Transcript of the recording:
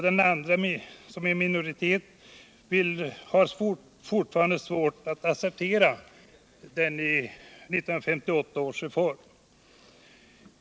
Den andra företräds av en minoritet som fortfarande har svårt att acceptera denna reform.